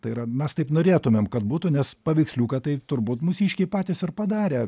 tai yra mes taip norėtumėm kad būtų nes paveiksliuką tai turbūt mūsiškiai patys ar padarė